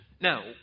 Now